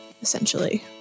essentially